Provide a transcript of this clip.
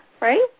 right